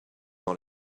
dans